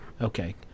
okay